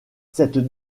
cette